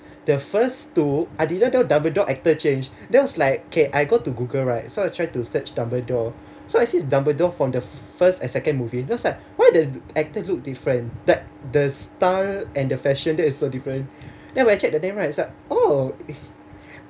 the first two I didn't know dumbledore actor change then I was like okay I go to google right so I try to search dumbledore so I see dumbledore from the first and second movie then I was like why did actor look different that the style and the fashion there is so different then actually that day right I was like oh